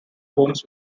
homes